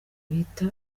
bita